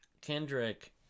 Kendrick